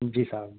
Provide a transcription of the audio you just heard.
جی صاحب